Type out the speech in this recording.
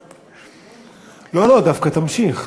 לא, לא, דווקא תמשיך.